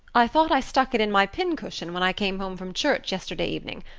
i thought i stuck it in my pincushion when i came home from church yesterday evening,